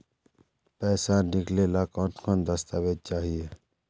पैसा निकले ला कौन कौन दस्तावेज चाहिए?